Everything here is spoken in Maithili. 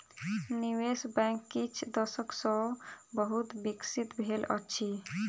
निवेश बैंक किछ दशक सॅ बहुत विकसित भेल अछि